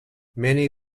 many